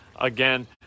again